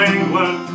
England